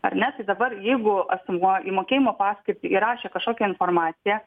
ar ne tai dabar jeigu asmuo į mokėjimo paskirtį įrašė kažkokią informaciją